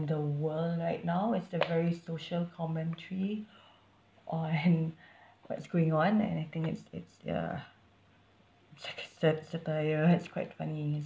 the world right now it's a very social commentary or and what's going on and I think it's it's ya it's like a sat~ satire it's quite funny